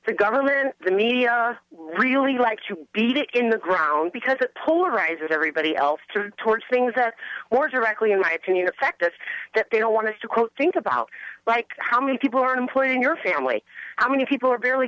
for government the media really likes to beat it in the ground because it pull rises everybody else turned towards things that were directly in my opinion affect us that they don't want to quote think about like how many people are employed in your family how many people are barely